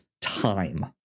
time